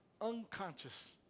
unconscious